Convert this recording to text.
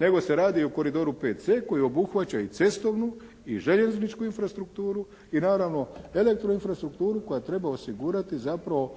nego se radi i o koridoru PC koji obuhvaća i cestovnu i željezničku infrastrukturu i naravno, elektroinfrastrukturu koja treba osigurati zapravo